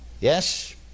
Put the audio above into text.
Yes